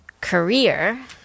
career